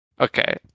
Okay